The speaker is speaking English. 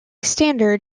standard